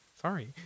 sorry